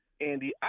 Andy